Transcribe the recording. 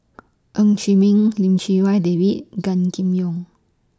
Ng Chee Meng Lim Chee Wai David Gan Kim Yong